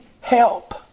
help